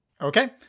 okay